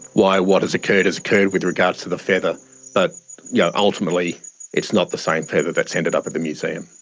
why what has occurred has occurred with regard to the feather but yeah ultimately it's not the same feather that's ended up at the museum.